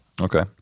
Okay